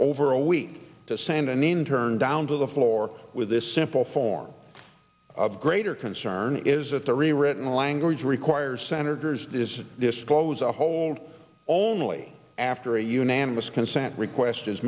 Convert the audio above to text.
over a week to send an intern down to the floor with this simple form of greater concern is that the rewritten language requires senators does disclose a hold only after a unanimous consent request is